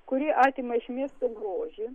kuri atima iš miesto grožį